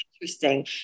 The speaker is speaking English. interesting